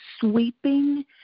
sweeping